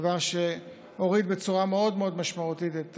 דבר שהוריד בצורה מאוד מאוד משמעותית את